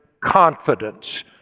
confidence